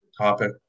topic